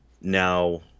Now